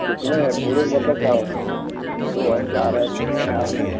कितने हैं पूरे मतलब क्या मतलब हुआ कि दो हैं चार हैं छः हैं आठ हैं